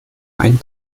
ein